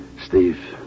Steve